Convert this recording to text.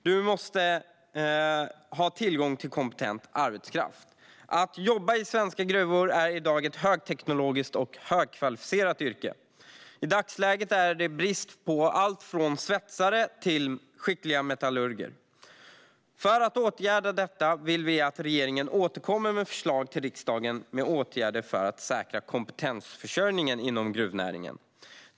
Du måste ha tillgång till kompetent arbetskraft. Att jobba i svenska gruvor är ett högteknologiskt och högkvalificerat yrke, och i dagsläget är det brist på allt från svetsare till skickliga metallurger. För att åtgärda detta vill vi att regeringen återkommer med förslag till riksdagen med åtgärder för att säkra kompetensförsörjningen inom gruvnäringen.